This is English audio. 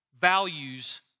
values